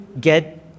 get